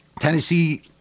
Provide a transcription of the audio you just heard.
Tennessee